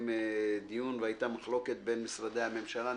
דיון והייתה מחלוקת בין משרדי הממשלה.